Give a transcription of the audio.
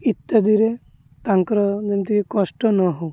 ଇତ୍ୟାଦିରେ ତାଙ୍କର ଯେମିତି କଷ୍ଟ ନ ହଉ